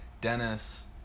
Dennis